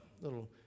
little